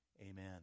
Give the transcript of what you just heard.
amen